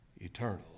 eternal